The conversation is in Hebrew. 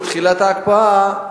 בתחילת ההקפאה,